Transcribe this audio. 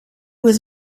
was